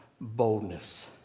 boldness